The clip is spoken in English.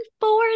four